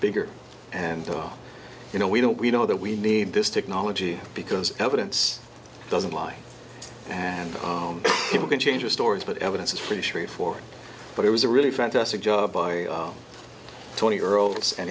bigger and you know we don't we know that we need this technology because evidence doesn't lie and people can change the stories but evidence is pretty straightforward but it was a really fantastic job by tony earls and